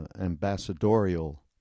ambassadorial